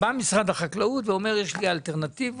משרד החקלאות בא ואומר: "יש לי אלטרנטיבות,